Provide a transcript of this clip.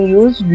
use